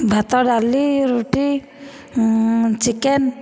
ଭାତ ଡାଲି ରୁଟି ଚିକେନ